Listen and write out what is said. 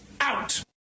out